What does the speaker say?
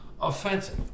offensive